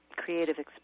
creative